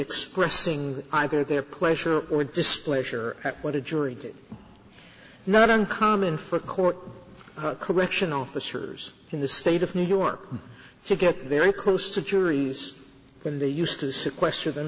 expressing either their pleasure or displeasure at what a jury did not uncommon for court correctional officers in the state of new york to get very close to juries when they used to sequester them